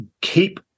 keep